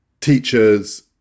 Teachers